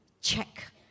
check